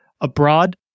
abroad